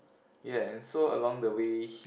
ya so along the way